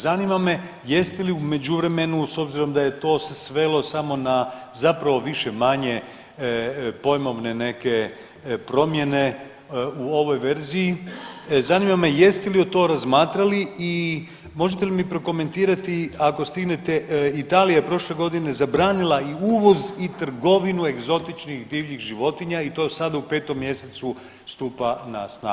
Zanima me jeste li u međuvremenu s obzirom da je to se svelo samo na zapravo više-manje pojmovne neke promjene u ovoj verziji, zanima me jeste li o to razmatrali i možete li mi prokomentirati ako stignete, Italija je prošle godine zabranila i uvoz i trgovinu egzotičnih divljih životinja i to sad u 5. mjesecu stupa na snagu.